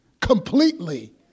completely